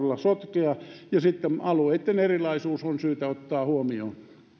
sotkea ja alueitten erilaisuus on syytä ottaa huomioon